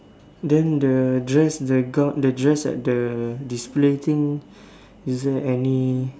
then the dress the gown the dress at the display thing is there any